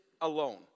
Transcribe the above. alone